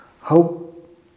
hope